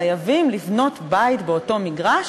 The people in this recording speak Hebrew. חייבים לבנות בית באותו מגרש,